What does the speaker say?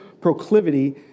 proclivity